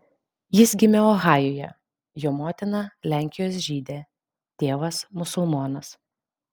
jis gimė ohajuje jo motina lenkijos žydė tėvas musulmonas